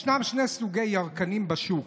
יש שני סוגי ירקנים בשוק: